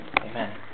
Amen